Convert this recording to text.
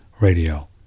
radio